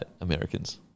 americans